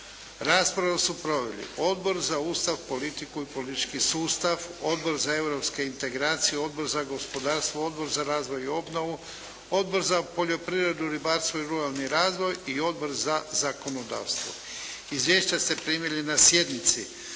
Raspravu su proveli Odbor za Ustav, politiku i politički sustav, Odbor za europske integracije, Odbor za gospodarstvo, Odbor za razvoj i obnovu, Odbor za poljoprivredu, ribarstvo i ruralni razvoj i Odbor za zakonodavstvo. Izvješća ste primili na sjednici.